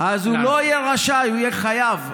אז הוא לא יהיה רשאי, הוא יהיה חייב.